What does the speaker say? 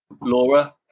laura